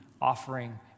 offering